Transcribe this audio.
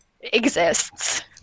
exists